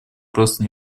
просто